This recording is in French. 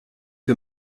que